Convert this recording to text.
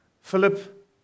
Philip